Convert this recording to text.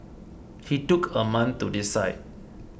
he took a month to decide